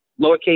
lowercase